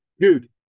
Dude